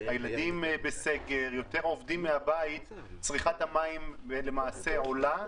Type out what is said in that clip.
הילדים בסגר ועובדים יותר מהבית צריכת המים עולה.